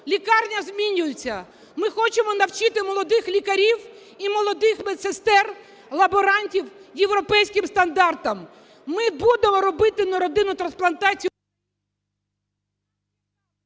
Лікарня змінюється. Ми хочемо навчити молодих лікарів і молодих медсестер, лаборантів європейським стандартам. Ми будемо робити неродинну трансплантацію…